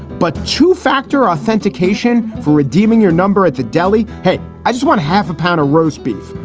but two factor authentication for redeeming your number at the deli. hey, i just want half a pound of roast beef.